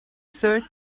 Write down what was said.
third